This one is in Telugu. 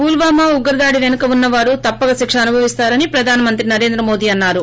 పుల్నామా ఉగ్రదాది వెనుక ఉన్న వారు తప్పక శిక్ష అనుభవిస్తారని ప్రధాన మంత్రి నరేంద్రమోడి అన్నారు